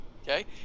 okay